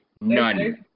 None